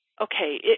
okay